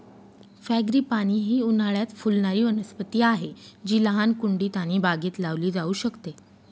frangipani ही उन्हाळयात फुलणारी वनस्पती आहे जी लहान कुंडीत आणि बागेत लावली जाऊ शकते